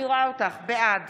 בעד